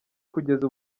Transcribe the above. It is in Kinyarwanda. kugeza